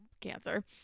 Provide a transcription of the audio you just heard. cancer